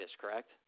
correct